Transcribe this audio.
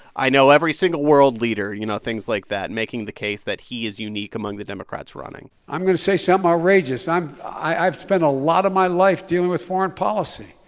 i know every single world leader you know, things like that, making the case that he is unique among the democrats running i'm going to say so something outrageous. i'm i've spent a lot of my life dealing with foreign policy.